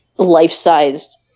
life-sized